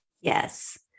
Yes